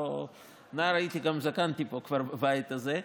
נער הייתי וגם זקנתי פה, בבית הזה,